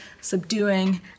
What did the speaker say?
subduing